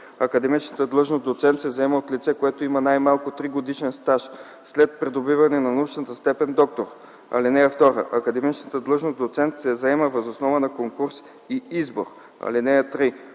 Академичната длъжност „доцент” се заема от лице, което има най-малко 3-годишен стаж след придобиване на научна степен „доктор”. (2) Академичната длъжност „доцент” се заема въз основа на конкурс и избор. (3)